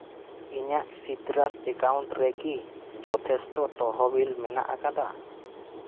ᱤᱧᱟᱹᱜ ᱥᱤᱛᱨᱟᱥ ᱮᱠᱟᱣᱩᱱᱴ ᱨᱮᱠᱤ ᱡᱚᱛᱷᱮᱥᱴᱚ ᱛᱚᱦᱚᱵᱤᱞ ᱢᱮᱱᱟᱜ ᱟᱠᱟᱫᱟ